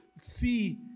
see